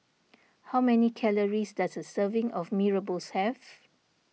how many calories does a serving of Mee Rebus have